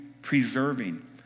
preserving